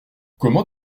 comment